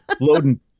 loading